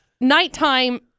Nighttime